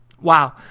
Wow